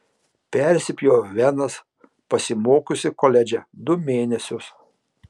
persipjoviau venas pasimokiusi koledže du mėnesius